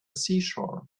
seashore